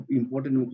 important